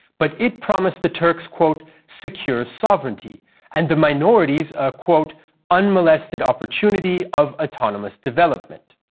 but it promised the turks quote secure sovereignty and the minorities a quote unmolested opportunity of autonomous development.